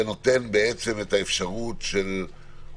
זה נותן אפשרות שיהיה אותו